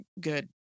good